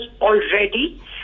already